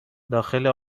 داخل